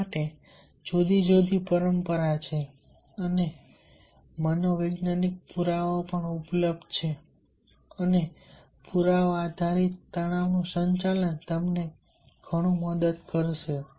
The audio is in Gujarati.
તે માટે જુદી જુદી પરંપરા છે અને વૈજ્ઞાનિક પુરાવાઓ પણ ઉપલબ્ધ છે અને પુરાવા આધારિત તણાવનું સંચાલન તમને ઘણી મદદ કરશે